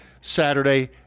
Saturday